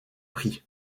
pris